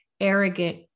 arrogant